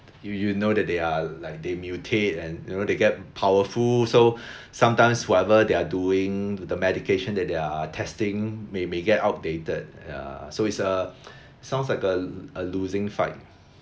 you you know that they are like they mutate and you know they get powerful so sometimes whatever they are doing to the medication that they are testing may may get outdated ya so it's a sounds like a a losing fight